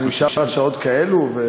שנשאר עד שעות כאלה.